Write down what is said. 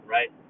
Right